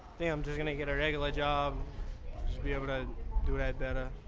think i'm just gonna get a regular job, just be able to do that better.